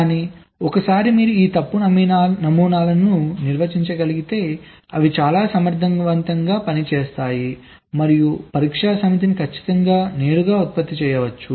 కానీ ఒకసారి మీరు ఈ తప్పు నమూనాలను నిర్వచించగలిగితే అవి చాలా సమర్థవంతంగా పనిచేస్తాయి మరియు పరీక్షా సమితిని ఖచ్చితంగా నేరుగా ఉత్పత్తి చేయవచ్చు